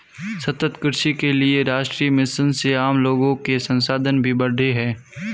सतत कृषि के लिए राष्ट्रीय मिशन से आम लोगो के संसाधन भी बढ़े है